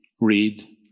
read